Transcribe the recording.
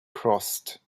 crust